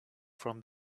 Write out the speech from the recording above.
from